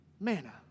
Manna